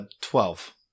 Twelve